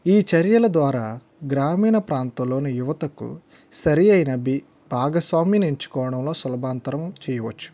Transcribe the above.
ఈ చర్యల ద్వారా గ్రామీణ ప్రాంతంలోని యువతకు సరియైనది భాగస్వామిని ఎంచుకోవటంలో సులభాంతరం చేయవచ్చు